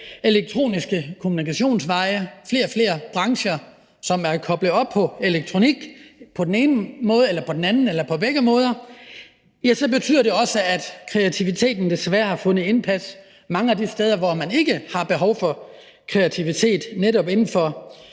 elektroniske kommunikationsveje og flere og flere brancher, som på en eller anden måde er koblet op på elektronik, så betyder det også, at kreativiteten desværre har vundet indpas mange af de steder, hvor man ikke har behov for kreativitet, nemlig inden for